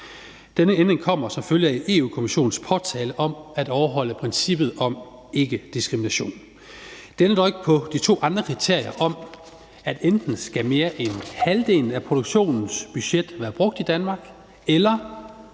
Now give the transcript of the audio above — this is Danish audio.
Denne ændring kommer selvfølgelig af EU-Kommissionens påtale om at overholde princippet om ikkediskrimination. Det ændrer dog ikke på de to andre kriterier om, at enten skal mere end halvdelen af produktionens budget være brugt i Danmark, eller